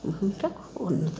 ଭୂମିକା ଉନ୍ନତ